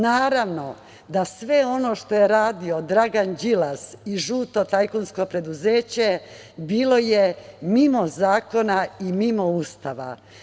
Naravno da sve ono što je radio Dragan Đilas i žuto tajkunsko preduzeće je bilo mimo zakona i mimo Ustava.